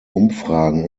umfragen